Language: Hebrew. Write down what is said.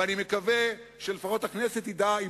ואני מקווה שהכנסת תדע לפחות,